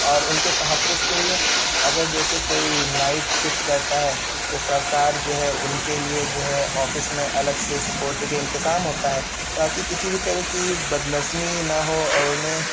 اور ان کے تحفظ کے لیے اگر جیسے کوئی نائٹ شفٹ کرتا ہے تو سرکار جو ہے ان کے لیے جو ہے آفس میں الگ سے سیکورٹی کے انتظام ہوتا ہے تاکہ کسی بھی طرح کی بدنظمی نہ ہو اور انہیں